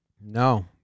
No